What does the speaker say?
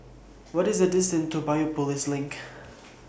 What IS The distance to Biopolis LINK